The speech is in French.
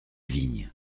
vignes